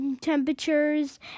temperatures